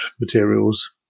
materials